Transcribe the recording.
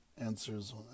answers